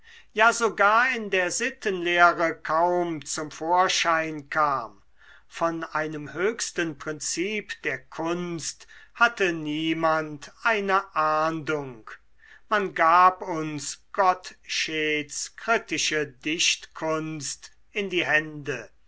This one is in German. ja sogar in der sittenlehre kaum zum vorschein kam von einem höchsten prinzip der kunst hatte niemand eine ahndung man gab uns gottscheds kritische dichtkunst in die hände